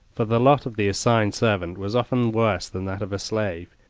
for the lot of the assigned servant was often worse than that of a slave,